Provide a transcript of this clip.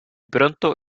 pronto